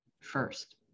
first